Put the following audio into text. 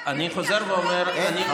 לא שמעתי עד הסוף.